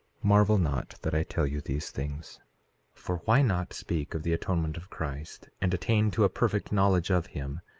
marvel not that i tell you these things for why not speak of the atonement of christ, and attain to a perfect knowledge of him,